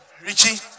Richie